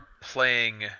playing